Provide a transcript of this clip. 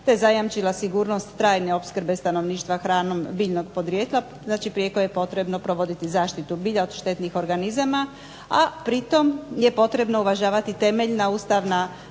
te zajamčila sigurnost trajne opskrbe stanovništva hranom biljnog podrijetla, znači prijeko je potrebno provoditi zaštitu bilja od štetnih organizama, a pritom je potrebno uvažavati temeljna ustavna